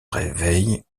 réveille